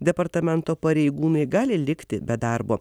departamento pareigūnai gali likti be darbo